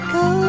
go